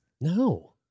No